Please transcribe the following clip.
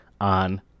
on